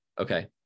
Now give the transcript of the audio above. Okay